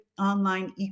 online